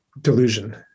delusion